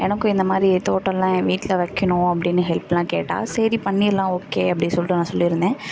எனக்கும் இந்த மாதிரி தோட்டலாம் என் வீட்டில் வைக்கணும் அப்படின்னு ஹெல்ப்லாம் கேட்டால் சரி பண்ணிடலாம் ஓகே அப்படி சொல்லிட்டு நான் சொல்லிருந்தேன்